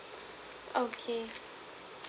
okay